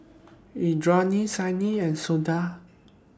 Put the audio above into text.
Indranee Saina and Suda